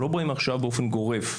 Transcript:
אנחנו לא מדברים עכשיו באופן גורף.